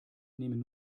nehmen